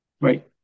Right